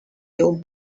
you